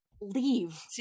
leave